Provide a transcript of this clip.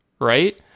right